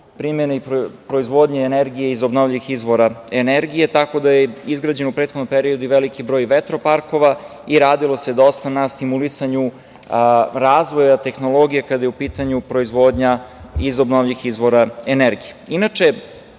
primene i proizvodnje energije iz obnovljivih izvora energije. Tako da je izgrađen u prethodnom periodu i veliki broj vetroparkova i radilo se dosta na stimulisanju razvoja tehnologije kada je u pitanju proizvodnja iz obnovljivih izvora energije. Inače,